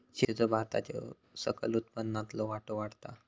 शेतीचो भारताच्या सकल उत्पन्नातलो वाटो वाढता हा